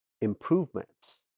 improvements